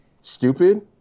stupid